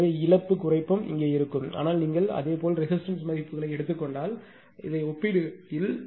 எனவே இழப்பு குறைப்பும் இங்கே இருக்கும் ஆனால் நீங்கள் அதே ரெசிஸ்டன்ஸ் மதிப்புகளை எடுத்துக் கொண்டால் ஒப்பிடுகையில்